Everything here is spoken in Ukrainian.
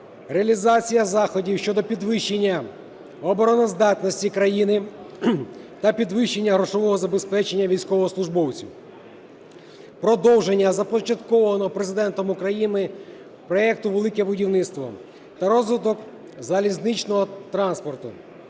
реалізація заходів щодо підвищення обороноздатності країни та підвищення грошового забезпечення військовослужбовців; продовження започаткованого Президентом України проекту "Велике будівництво" та розвиток залізничного транспорту,